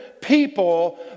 people